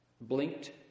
blinked